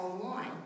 online